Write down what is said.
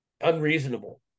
unreasonable